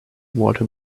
walter